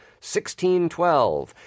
1612